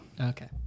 Okay